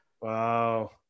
wow